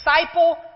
disciple